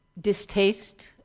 distaste